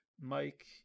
mike